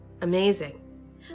amazing